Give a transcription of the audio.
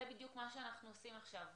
זה בדיוק מה שאנחנו עושים עכשיו,